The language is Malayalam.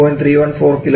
314kJkmolK ആണ്